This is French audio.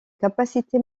capacité